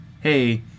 hey